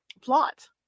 plot